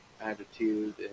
attitude